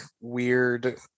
weird